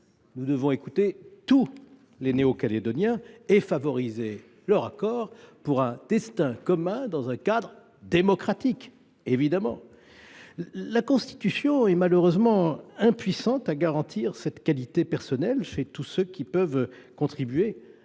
nous devons écouter tous les Néo Calédoniens et favoriser leur accord pour un destin commun dans un cadre démocratique, évidemment. La Constitution est malheureusement impuissante à garantir cette qualité personnelle chez tous ceux qui peuvent contribuer